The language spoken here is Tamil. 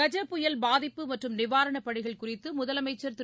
கஜ புயல் பாதிப்பு மற்றும் நிவாரணப் பணிகள் குறித்து முதலமைச்சர் திரு